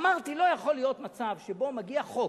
אמרתי: לא יכול להיות מצב שבו מגיע חוק,